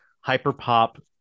Hyper-pop